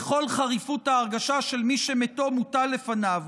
"בכל חריפות ההרגשה של מי שמתו מוטל לפניו,